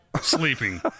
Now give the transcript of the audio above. sleeping